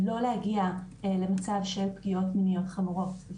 ולא להגיע למצב של פגיעות מיניות חמורות.